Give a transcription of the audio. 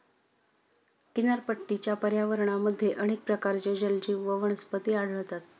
किनारपट्टीच्या पर्यावरणामध्ये अनेक प्रकारचे जलजीव व वनस्पती आढळतात